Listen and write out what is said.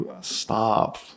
stop